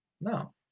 no